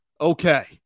Okay